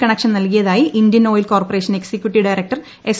connection നൽകിയതായി Indian oil corporation executive director S